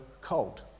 cold